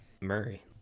Murray